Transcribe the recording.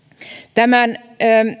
tämän